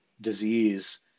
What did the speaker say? disease